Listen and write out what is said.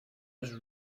has